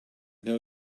know